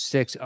Six